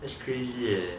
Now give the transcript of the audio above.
that's crazy eh